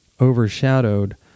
overshadowed